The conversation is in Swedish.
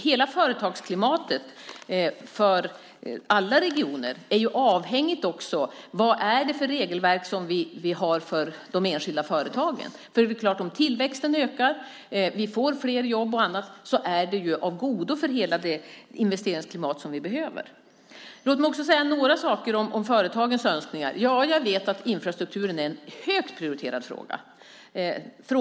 Hela företagsklimatet för alla regioner är avhängigt av det regelverk som vi har för de enskilda företagen. Om tillväxten ökar och om vi får fler jobb är det ju av godo för det investeringsklimat som vi behöver. Låt mig också säga något om företagens önskningar. Jag vet att infrastrukturen är en högt prioriterad fråga.